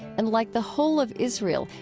and, like the whole of israel,